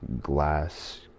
glass